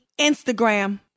Instagram